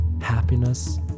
Happiness